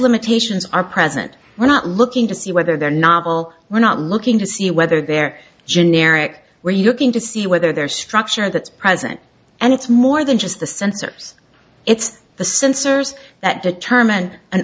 limitations are present we're not looking to see whether there novel we're not looking to see whether there generic where you looking to see whether they're structure that's present and it's more than just the sensors it's the sensors that determine an